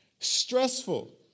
Stressful